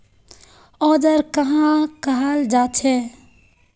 औजार कहाँ का हाल जांचें?